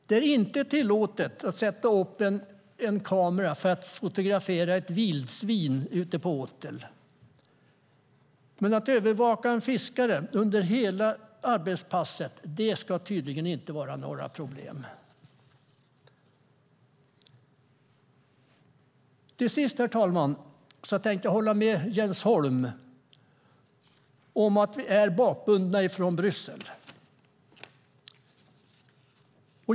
Det är inte tillåtet att sätta upp en kamera för att fotografera ett vildsvin ute på åtel, men att övervaka en fiskare under hela arbetspasset ska tydligen inte vara något problem. Avslutningsvis, herr talman, tänkte jag hålla med Jens Holm om att vi är bakbundna från Bryssel.